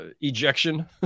ejection